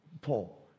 Paul